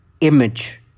image